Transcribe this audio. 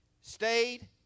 stayed